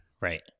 Right